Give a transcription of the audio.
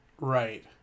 Right